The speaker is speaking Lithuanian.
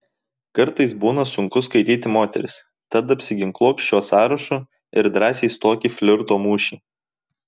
kartais būna sunku skaityti moteris tad apsiginkluok šiuo sąrašu ir drąsiai stok į flirto mūšį